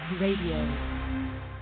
Radio